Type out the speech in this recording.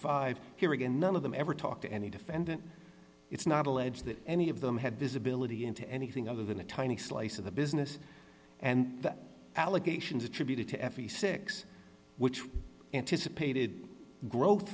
five here again none of them ever talk to any defendant it's not alleged that any of them had visibility into anything other than a tiny slice of the business and the allegations attributed to every six which anticipated growth